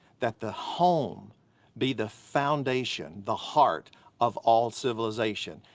that the home be the foundation, the heart of all civilization.